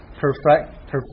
perfect